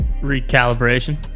Recalibration